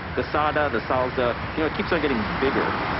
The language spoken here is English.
the sada, the salsa you know it keeps on getting bigger.